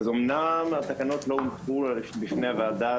אמנם התקנות לא הוצגו עדיין בפני הוועדה,